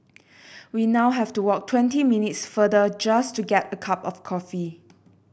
we now have to walk twenty minutes farther just to get a cup of coffee